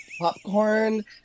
popcorn